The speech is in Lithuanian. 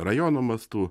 rajono mastu